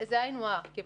זה היינו הך,